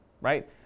right